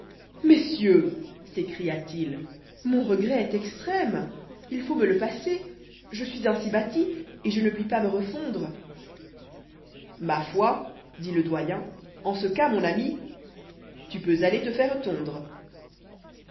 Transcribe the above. messieurs s ccria t il mon regret est extrême il faut me le passer je suis ainsi bâti et je ne puis pas me refondre ma foi dit le doyen en ce cas mon ami tu peux aller te faire tondre